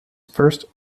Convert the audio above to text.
first